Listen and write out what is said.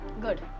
good